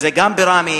אם גם בראמה,